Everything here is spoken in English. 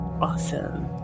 Awesome